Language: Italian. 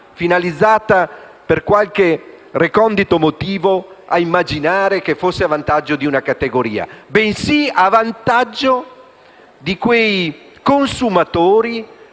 finalizzata, per qualche recondito motivo, a vantaggio di una categoria, bensì a vantaggio di quei consumatori